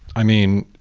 i mean,